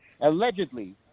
allegedly